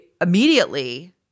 immediately